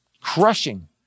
crushing